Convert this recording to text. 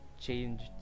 changed